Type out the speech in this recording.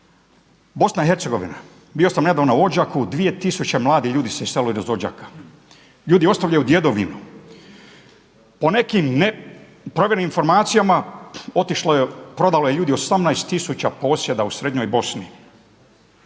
BiH bio sam nedavno u Odžaku dvije tisuće mladih ljudi se iselilo iz Odžaka. Ljudi ostavljaju djedovinu. Po nekim neprovjerenim informacijama otišlo je, prodalo je ljudi 18 tisuća posjeda u srednjoj Bosni.